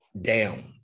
down